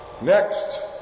Next